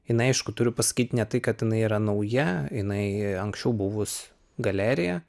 jinai aišku turiu pasakyt ne tai kad jinai yra nauja jinai anksčiau buvus galerija